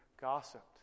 gossiped